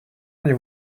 allez